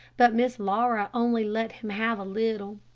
but miss laura only let him have a little.